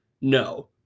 no